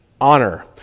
honor